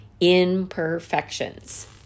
imperfections